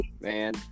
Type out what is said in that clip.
man